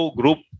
group